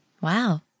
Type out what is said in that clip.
Wow